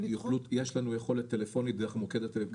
יש לנו אפשרות להזמין תור גם דרך הטלפון.